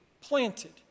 planted